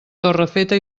torrefeta